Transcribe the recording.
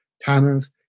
tanners